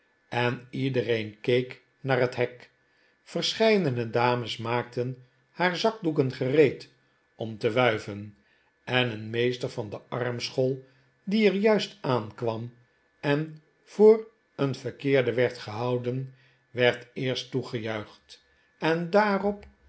en iedereen keek naar het hek verscheidene dames maakten haar zakdoeken gereed om te wuivenj en een meester van de armschool die er juist aankwam en voor een yerkeerden werd gehouden werd eerst toegejuicht en daarop